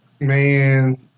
Man